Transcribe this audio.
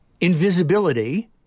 invisibility